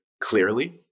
clearly